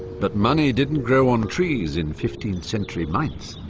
but money didn't grow on trees in fifteenth century mainz.